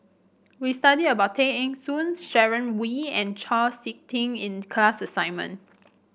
we study about Tay Eng Soon Sharon Wee and Chau SiK Ting in class assignment